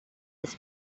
his